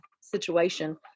situation